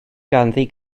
ganddi